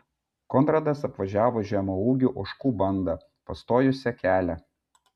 konradas apvažiavo žemaūgių ožkų bandą pastojusią kelią